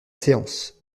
séance